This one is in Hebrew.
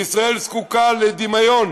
וישראל זקוקה לדמיון